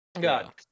God